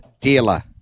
dealer